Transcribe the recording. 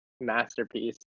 masterpiece